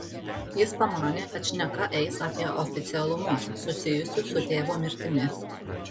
jis pamanė kad šneka eis apie oficialumus susijusius su tėvo mirtimi